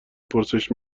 پرسش